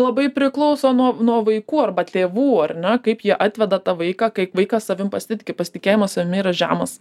labai priklauso nuo nuo vaikų arba tėvų ar ne kaip jie atveda tą vaiką kaip vaikas savim pasitiki pasitikėjimas savimi yra žemas